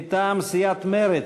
מטעם סיעת מרצ.